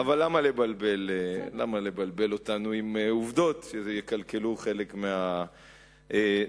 אבל למה לבלבל אותנו עם עובדות שיקלקלו חלק מהנאום?